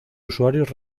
usuarios